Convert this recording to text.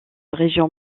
région